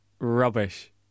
rubbish